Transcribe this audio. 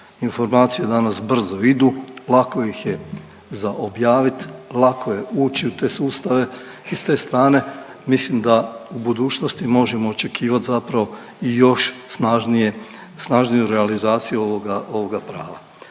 Informacije danas brzo idu, lako ih je za objavit, lako je ući u te sustave i s te strane mislim da u budućnosti možemo očekivat zapravo i još snažnije, snažniju realizaciju ovoga, ovoga